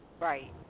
Right